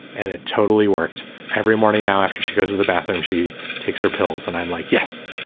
and it totally worked every morning. now, after she goes to the bathroom, she takes her pills and i'm like, yes,